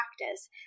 practice